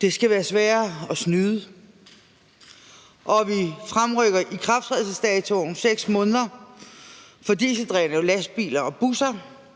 Det skal være sværere at snyde, og vi fremrykker ikrafttrædelsesdatoen 6 måneder for dieseldrevne lastbiler og busser,